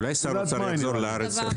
אולי שר האוצר יחזור לארץ.